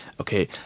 okay